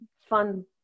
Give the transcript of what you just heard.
fun